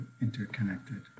interconnected